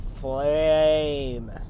flame